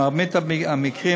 במרבית המקרים,